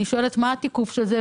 אני שואלת מה התיקוף של זה,